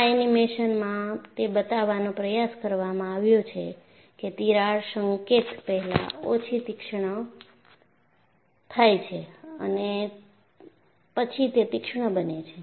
આ એનિમેશનમાં તે બતાવવાનો પ્રયાસ કરવામાં આવ્યો છે કે તિરાડ સંકેત પહેલા ઓછી તીક્ષ્ણ થાય છે અને પછી તે તીક્ષ્ણ બને છે